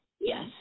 Yes